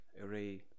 array